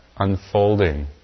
unfolding